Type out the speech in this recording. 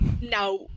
Now